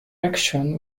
action